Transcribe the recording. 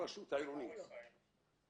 הצבעה בעד 2 נגד 3